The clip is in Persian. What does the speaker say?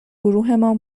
گروهمان